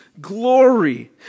glory